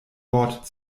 wort